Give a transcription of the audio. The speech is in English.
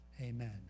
Amen